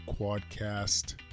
Quadcast